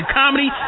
comedy